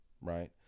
right